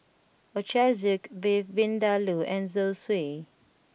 Ochazuke Beef Vindaloo and Zosui